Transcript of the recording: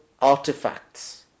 artifacts